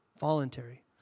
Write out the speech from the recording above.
voluntary